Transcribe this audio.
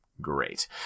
great